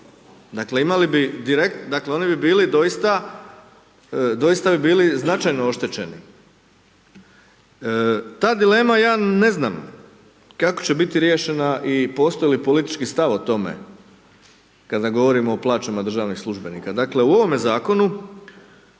dakle, oni bi bili doista, doista bi bili značajno oštećeni. Ta dilema, ja ne znam, kako će biti riješena i postoji li politički stav o tome, kad ne govorimo o plaćama državnih službenika. Dakle, u ovome Zakonu,